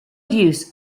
use